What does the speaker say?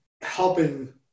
helping